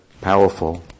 powerful